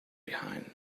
behind